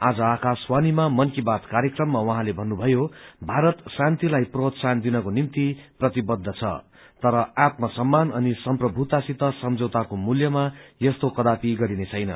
आज आकाशवाणीमा मन की बात कार्यक्रममा उहाँले भन्नुभयो भारत शान्तिलाई प्रोत्साहन दिनको निम्ति प्रतिबद्ध छ तर आत्म सम्मान अनि सम्प्रभुतासित सम्झौताको मूल्यमा यस्तो कदापि गरिनेछैन